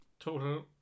Total